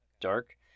dark